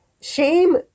Shame